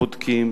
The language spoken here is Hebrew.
בודקים,